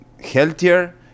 healthier